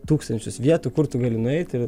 tūkstančius vietų kur tu gali nueiti